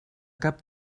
cap